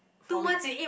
four weeks